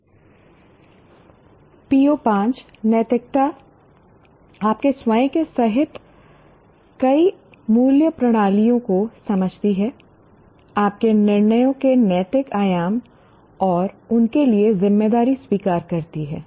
PO5 नैतिकता आपके स्वयं के सहित कई मूल्य प्रणालियों को समझती है आपके निर्णयों के नैतिक आयाम और उनके लिए जिम्मेदारी स्वीकार करती है